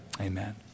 Amen